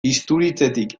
isturitzetik